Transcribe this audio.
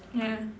ya